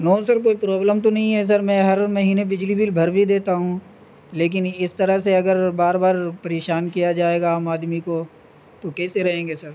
نو sir کوئی problem تو نہیں ہے سر میں ہر مہینے بجلی بل بھر بھی دیتا ہوں لیکن اس طرح سے اگر بار بار پریشان کیا جائے گا عام آدمی کو تو کیسے رہیں گے سر